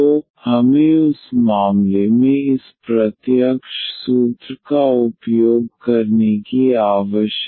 तो हमें उस मामले में इस प्रत्यक्ष सूत्र का उपयोग करने की आवश्यकता नहीं है